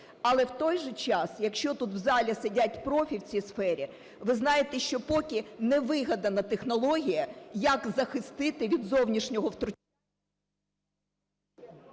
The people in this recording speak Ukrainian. Але в той же час, якщо тут в залі сидять профі в цій сфері, ви знаєте, що поки не вигадана технологія, як захистити від зовнішнього втручання...